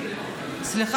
אה,